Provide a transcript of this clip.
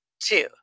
two